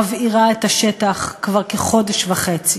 מבעירה את השטח כבר כחודש וחצי.